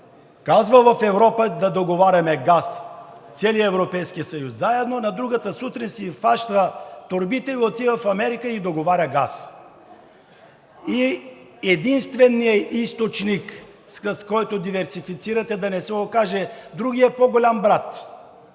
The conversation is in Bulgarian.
казва в Европа заедно да договаряме с целия Европейски съюз, на другата сутрин си хваща торбите и отива в Америка и договаря газ. Единственият източник, с който диверсифицирате, да не се окаже другият по-голям брат,